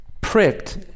pricked